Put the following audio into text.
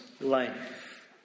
life